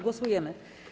Głosujemy.